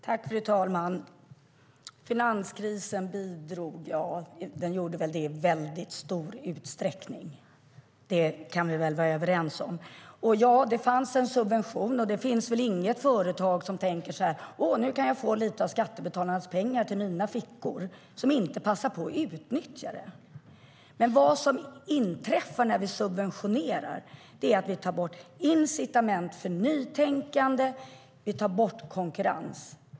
Fru talman! Johan Löfstrand säger att finanskrisen bidrog. Vi kan väl vara överens om att den bidrog i väldigt stor utsträckning.I fråga om subventioner fanns det en sådan. Och det finns väl inget företag som inte passar på att utnyttja att man kan få lite av skattebetalarnas pengar till de egna fickorna. Men när vi subventionerar tar vi bort incitament för nytänkande, och vi tar bort konkurrens.